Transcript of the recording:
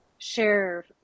share